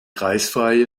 kreisfreie